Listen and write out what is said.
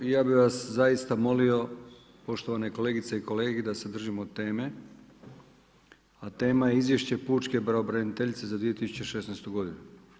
I ja bih vas zaista molio poštovane kolegice i kolege da se držimo teme, a tema je Izvješće pučke pravobraniteljice za 2016. godinu.